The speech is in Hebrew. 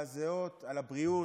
מזעזעות על הבריאות.